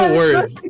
words